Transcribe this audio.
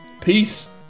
Peace